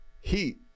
Heat